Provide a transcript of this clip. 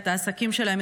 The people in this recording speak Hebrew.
את העסקים שלהן,